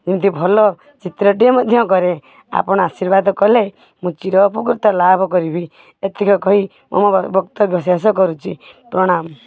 ଯେମିତି ଭଲ ଚିତ୍ରଟିଏ ମଧ୍ୟ କରେ ଆପଣ ଆଶୀର୍ବାଦ କଲେ ମୁଁ ଚିର ଉପକୃତ ଲାଭ କରିବି ଏତିକ କହି ମୁଁ ମୋର ବକ୍ତ୍ୟବ୍ୟ ଶେଷ କରୁଛି ପ୍ରଣାମ